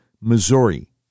Missouri